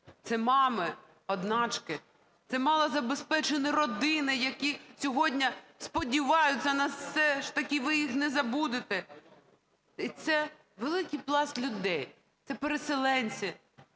Це мами-одиначки, це малозабезпечені родини, які сьогодні сподіваються, що все ж таки ви їх не забудете. І це великий пласт людей. Це переселенці